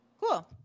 Cool